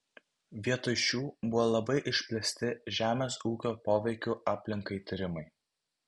vietoj šių buvo labai išplėsti žemės ūkio poveikio aplinkai tyrimai